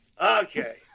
Okay